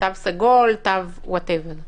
תו סגול וכו'.